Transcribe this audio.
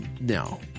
no